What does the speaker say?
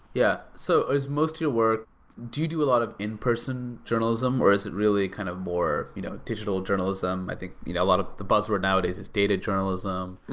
yeah. so is most of your work due to a lot of in-person journalism, or is it really kind of more you know digital journalism? i think you know a lot of the buzz word nowadays is data journalism.